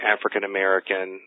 African-American